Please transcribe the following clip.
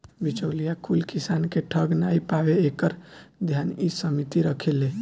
बिचौलिया कुल किसान के ठग नाइ पावे एकर ध्यान इ समिति रखेले